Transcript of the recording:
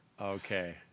Okay